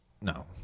No